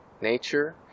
nature